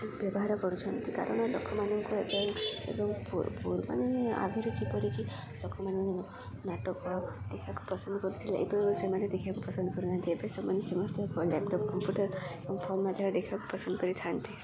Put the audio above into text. ବ୍ୟବହାର କରୁଛନ୍ତି କାରଣ ଲୋକମାନଙ୍କୁ ଏବେ ଏବଂ ମାନେ ଆଗରେ ଯେପରିକି ଲୋକମାନେ ନାଟକ ଦେଖିବାକୁ ପସନ୍ଦ କରୁଥିଲେ ଏବେ ସେମାନେ ଦେଖିବାକୁ ପସନ୍ଦ କରୁନାହାନ୍ତି ଏବେ ସେମାନେ ସମସ୍ତେ ଲ୍ୟାପଟପ୍ କମ୍ପ୍ୟୁଟର୍ ଏବଂ ଫୋନ୍ ମାଧ୍ୟରେ ଦେଖିବାକୁ ପସନ୍ଦ କରିଥାନ୍ତି